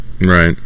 right